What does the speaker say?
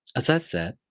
as i said,